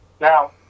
Now